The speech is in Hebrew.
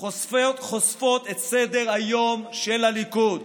חושפות את סדר-היום של הליכוד: